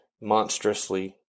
monstrously